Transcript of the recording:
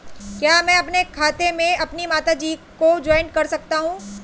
क्या मैं अपने खाते में अपनी माता जी को जॉइंट कर सकता हूँ?